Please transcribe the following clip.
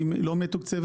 היא לא מתוקצבת,